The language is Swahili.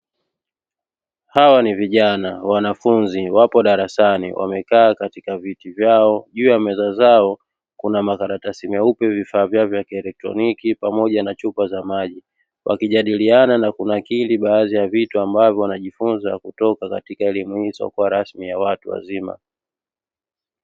Hawa ni vijana wanafunzi wapo darasani, wamekaa katika viti vyao, juu ya meza zao kuna makaratasi meupe, vifaa vyao vya kielektroniki pamoja na chupa za maji. Wakijadiliana na kunakiri baadhi ya vitu ambavyo, wanajifunza kutoka katika elimu isiyo kuwa rasmi ya watu wazima.